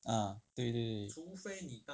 h~ 对对对